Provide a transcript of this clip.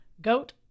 goat